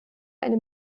eine